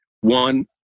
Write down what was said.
One